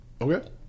Okay